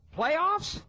playoffs